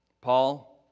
Paul